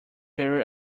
very